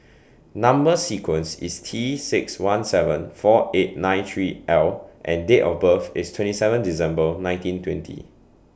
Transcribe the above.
Number sequence IS T six one seven four eight nine three L and Date of birth IS twenty seven December nineteen twenty